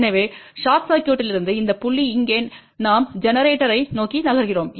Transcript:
எனவேஷார்ட் சர்க்யூட்லிருந்து இந்த புள்ளி இங்கே நாம் ஜெனரேட்டரை நோக்கி நகர்கிறோம்